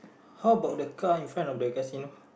how about the car in front of the casino